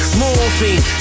morphine